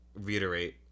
reiterate